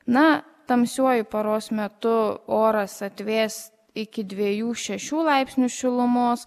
na tamsiuoju paros metu oras atvės iki dviejų šešių laipsnių šilumos